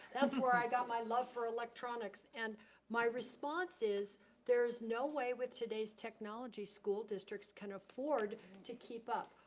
that's where i got my love for electronics and my response is there is no way with today's technology school districts can afford to keep up.